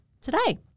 today